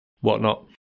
whatnot